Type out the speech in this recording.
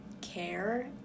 care